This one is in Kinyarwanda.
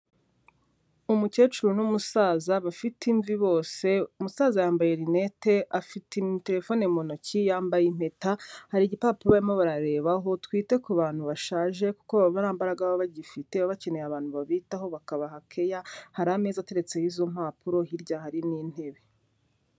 Umukecuru n'umusaza bafite imvi bose, umusaza yambaye rinete afite terefone mu ntoki, yambaye impeta hari igipapuro barimo bararebaho, twite ku bantu bashaje kuko baba ntambaraga baba bagifite, baba bakeneye abantu babitaho bakabaha keya, hari ameza ateretseho izo mpapuro, hirya hari n'intebe.